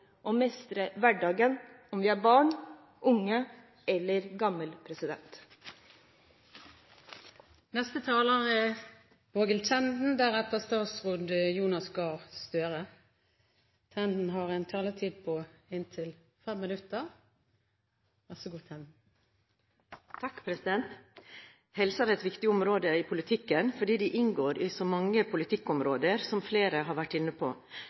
å mestre hverdagen, om vi er barn, unge eller gamle. Helse er et viktig område i politikken fordi det inngår i så mange politikkområder, som flere har vært inne på.